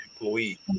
employee